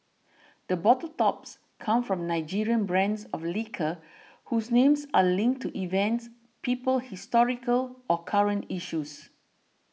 the bottle tops come from Nigerian brands of liquor whose names are linked to events people historical or current issues